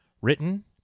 Written